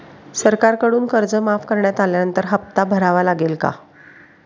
सरकारकडून कर्ज माफ करण्यात आल्यानंतर हप्ता भरावा लागेल का?